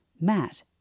Matt